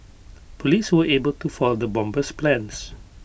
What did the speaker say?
Police were able to foil the bomber's plans